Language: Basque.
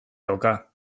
dauka